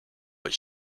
but